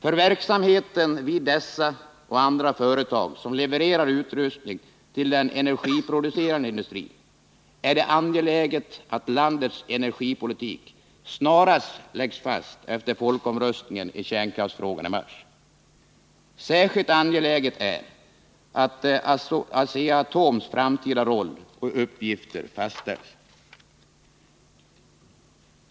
För verksamheten vid dessa och andra företag som levererar utrustning till den energiproducerande industrin är det angeläget att landets energipolitik läggs fast snarast efter folkomröstningen i kärnkraftsfrågan i mars. Särskilt angeläget är det att Asea-Atoms framtida roll och uppgifter fastställs.